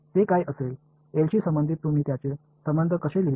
ते काय असेल एलशी संबंधित तुम्ही त्याचे संबंध कसे लिहिता